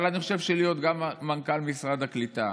אבל אני חושב שלהיות גם מנכ"ל משרד הקליטה